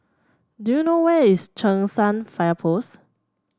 do you know where is Cheng San Fire Post